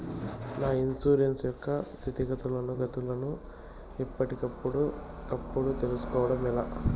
నా ఇన్సూరెన్సు యొక్క స్థితిగతులను గతులను ఎప్పటికప్పుడు కప్పుడు తెలుస్కోవడం ఎలా?